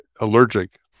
allergic